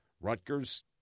Rutgers